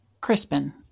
Crispin